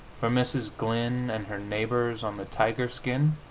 for mrs. glyn and her neighbors on the tiger-skin,